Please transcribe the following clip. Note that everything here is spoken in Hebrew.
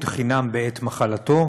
חינם בעת מחלתו,